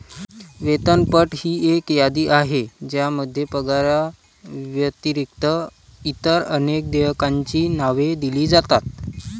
वेतनपट ही एक यादी आहे ज्यामध्ये पगाराव्यतिरिक्त इतर अनेक देयकांची नावे दिली जातात